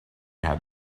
had